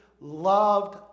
loved